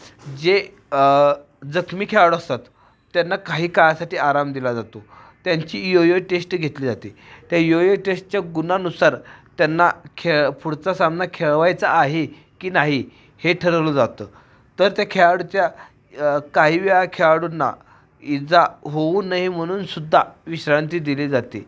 जे जखमी खेळाडू असतात त्यांना काही काळासाठी आराम दिला जातो त्यांची योयो टेष्ट घेतली जाते त्या योयो टेष्टच्या गुणानुसार त्यांना खेळ पुढचा सामना खेळवायचा आहे की नाही हे ठरवलं जातं तर त्या खेळाडूच्या काही वेळा खेळाडूंना इजा होऊ नये म्हणूनसुद्धा विश्रांती दिली जाते